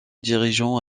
dirigeants